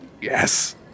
Yes